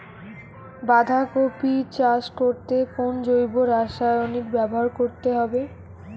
বাঁধাকপি চাষ করতে কোন জৈব রাসায়নিক ব্যবহার করতে হবে?